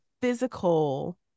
physical